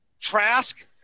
Trask